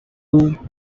two